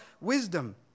wisdom